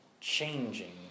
changing